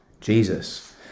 Jesus